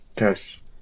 yes